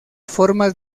formas